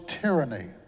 tyranny